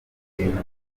bifatika